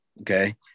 okay